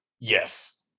Yes